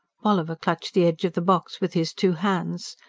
bolliver clutched the edge of the box with his two hands.